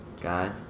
God